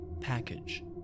package